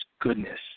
goodness